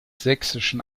sächsischen